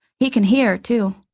he can hear, too.